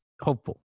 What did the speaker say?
hopeful